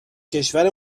کشور